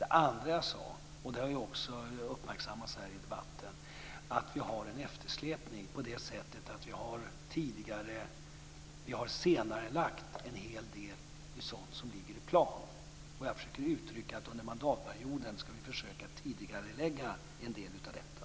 Det andra jag sade, och det har också uppmärksammats här i debatten, var att vi har en eftersläpning på det sättet att vi har senarelagt en hel del sådant som ligger i plan. Jag försökte uttrycka att vi under mandatperioden ska försöka tidigarelägga en del av detta.